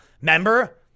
Member